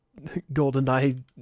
GoldenEye